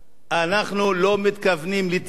אנחנו לא מתכוונים להתייאש.